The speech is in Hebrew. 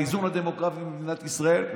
באיזון הדמוגרפי במדינת ישראל,